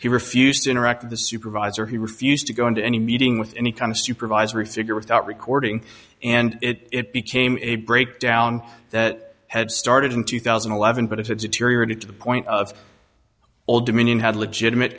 he refused to interact the supervisor he refused to go into any meeting with any kind of supervisory figure without recording and it became a breakdown that had started in two thousand and eleven but it's a deteriorating to the point of old dominion had legitimate